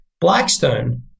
Blackstone